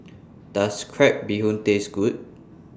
Does Crab Bee Hoon Taste Good